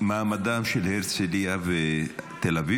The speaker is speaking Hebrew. שלא נוגע לסיפוח,